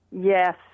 Yes